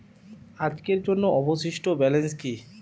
আজকের জন্য অবশিষ্ট ব্যালেন্স কি?